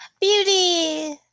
beauty